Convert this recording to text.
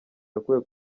yakuwe